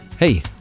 Hey